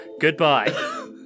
Goodbye